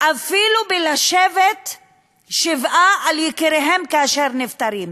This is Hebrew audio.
אפילו לשבת שבעה על יקיריהן כאשר הם נפטרים,